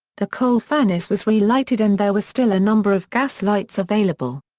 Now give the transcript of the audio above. the coal furnace was relighted and there were still a number of gas lights available.